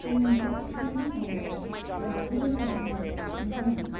आंनि अक्सिजेन एकाउन्टाव बाजि रोजा रांनि बांसिन दं नामा